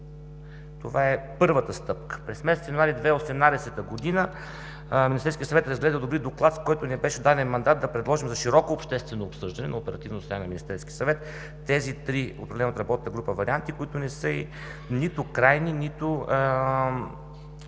Това е първата стъпка. През месец януари 2018 г. на оперативно заседание Министерският съвет разгледа и одобри доклад, в който ни беше даден мандат да предложим за широко обществено обсъждане тези три определени от работната група варианти, които не са нито крайни, нито